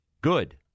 Good